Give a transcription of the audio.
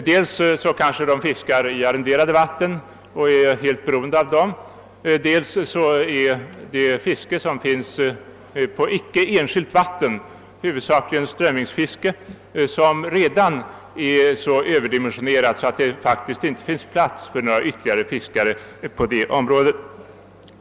Dels kanske de fiskar i arrenderade vatten och är helt beroende av dessa, dels är det fiske som kan förekomma på icke enskilt vatten huvudsakligen strömmingsfiske, som redan är så överdimensionerat, att det faktiskt inte finns plats för flera fiskare på det området.